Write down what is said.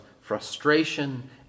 frustration